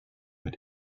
mit